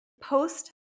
post-